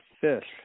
fish